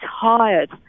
tired